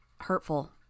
hurtful